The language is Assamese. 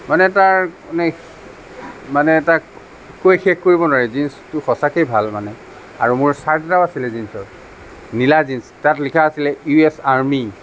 মানে তাৰ মানে মানে তাক কৈ শেষ কৰিব নোৱাৰি জীনছটো সঁচাকে ভাল মানে আৰু মোৰ চাৰ্ট এটাও আছিলে জীনছৰ নীলা জীনছ তাত লিখা আছিলে ইউ এছ আৰ্মি